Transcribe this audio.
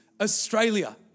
Australia